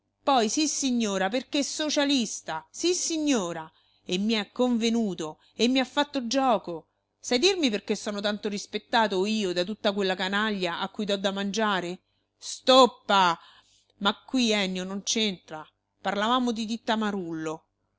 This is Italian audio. poi sissignora perché socialista sissignora e mi è convenuto e mi ha fatto gioco sai dirmi perché sono tanto rispettato io da tutta quella canaglia a cui do da mangiare stoppa ma qui ennio non c'entra parlavamo di titta marullo